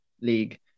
league